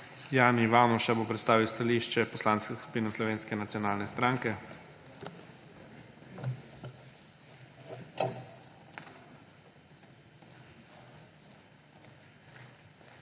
Jani Ivanuša bo predstavil stališče Poslanske skupine Slovenske nacionalne stranke.